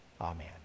Amen